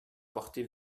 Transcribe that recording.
porter